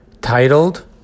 titled